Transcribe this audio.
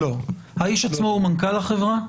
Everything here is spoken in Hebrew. הוא מנכ"ל החברה?